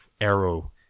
arrow